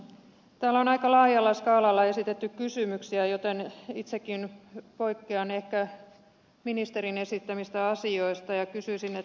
täällä on aika laajalla skaalalla esitetty kysymyksiä joten itsekin poikkean ehkä ministerin esittämistä asioista ja kysyisin petovahingoista